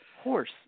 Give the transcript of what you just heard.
horse